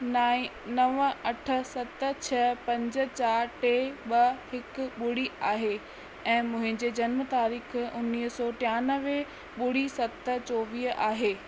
नाए नव अठ सत छ पंज चारि टे ॿ हिकु ॿुड़ी आहे ऐं मुहिंजे जनम तारीख़ उणिवीह सौ टियानवे ॿुड़ी सत चोवीह आहे